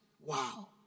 Wow